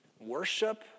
Worship